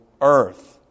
earth